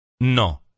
no